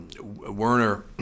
Werner—